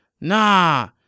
Nah